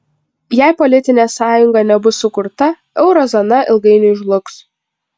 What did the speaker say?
jei politinė sąjunga nebus sukurta euro zona ilgainiui žlugs